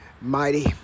mighty